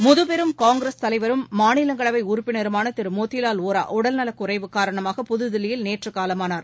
முதுபெரும் காங்கிரஸ் தலைவரும் மாநிலங்களவை உறுப்பினருமான திரு மோதிவால் வோரா உடல்நலக் குறைவு காரணமாக புதுதில்லியில் நேற்று காலமானார்